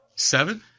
Seven